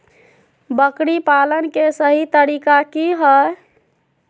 बकरी पालन के सही तरीका की हय?